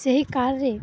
ସେହି କାର୍ରେ